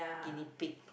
guinea pig